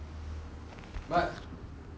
okay lah okay but but